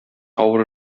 авыр